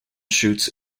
shoots